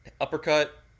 uppercut